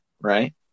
right